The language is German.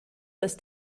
ist